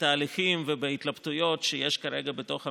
בתהליכים ובהתלבטויות שיש כרגע בתוך המערכת,